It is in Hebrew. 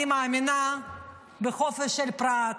אני מאמינה בחופש של פרט,